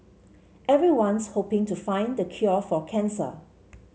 everyone's hoping to find the cure for cancer